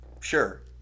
sure